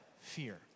fear